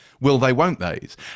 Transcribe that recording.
will-they-won't-they's